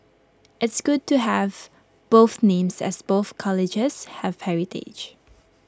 it's good to have both names as both colleges have heritage